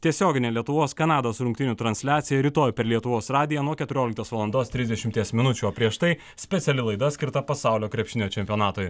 tiesioginę lietuvos kanados rungtynių transliaciją rytoj per lietuvos radiją nuo keturioliktos valandos trisdešimties minučių o prieš tai speciali laida skirta pasaulio krepšinio čempionatui